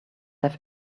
have